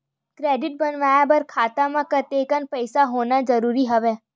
Credit बनवाय बर खाता म कतेकन पईसा होना जरूरी हवय?